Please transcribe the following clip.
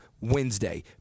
Wednesday